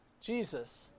Jesus